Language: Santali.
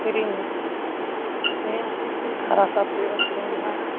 ᱥᱤᱨᱤᱧ ᱨᱮᱭᱟᱜ ᱫᱷᱟᱨᱟ ᱥᱟᱵ ᱦᱩᱭᱩᱜᱼᱟ ᱥᱮᱨᱮᱧ ᱨᱮᱱᱟᱜ